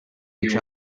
each